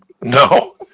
No